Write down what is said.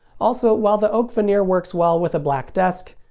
also, while the oak veneer works well with a black desk,